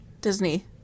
Disney